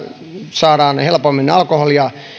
saadaan helpommin alkoholia